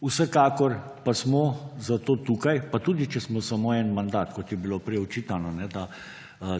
vsekakor pa smo tukaj zato … Pa tudi če smo samo en mandat, kot je bilo prej, očitano, da